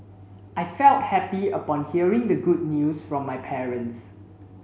I felt happy upon hearing the good news from my parents